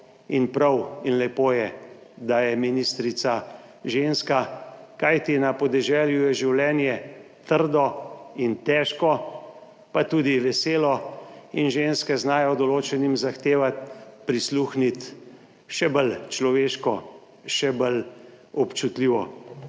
in prav in lepo je, da je ministrica ženska, kajti na podeželju je življenje trdo in težko, pa tudi veselo in ženske znajo določenim zahteva, prisluhniti še bolj človeško, še bolj občutljivo.